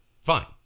Fine